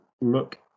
look